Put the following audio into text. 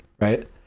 right